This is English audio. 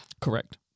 Correct